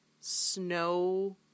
snow